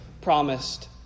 promised